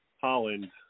Holland